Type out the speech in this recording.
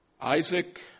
Isaac